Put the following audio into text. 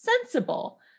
sensible